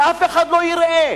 שאף אחד לא יראה.